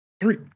three